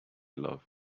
loved